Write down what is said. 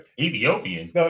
Ethiopian